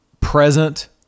present